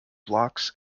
blocks